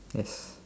yes